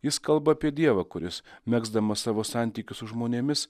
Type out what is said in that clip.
jis kalba apie dievą kuris megzdamas savo santykius su žmonėmis